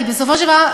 כי בסופו של דבר,